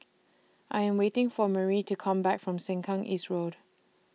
I Am waiting For Merrie to Come Back from Sengkang East Road